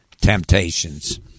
temptations